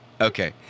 Okay